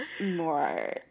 more